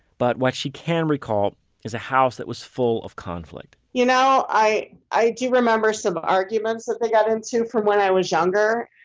but what she can recall is a house that was full of conflict you know i i do remember some arguments that they got into from when i was younger.